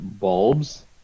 bulbs